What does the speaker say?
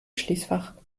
schließfach